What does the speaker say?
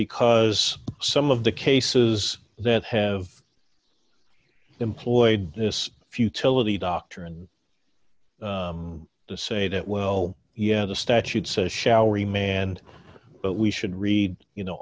because some of the cases that have employed this futility doctrine to say that well yet the statute says shall remain and but we should read you know